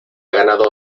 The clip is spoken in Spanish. ganado